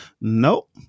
Nope